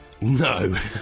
No